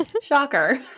shocker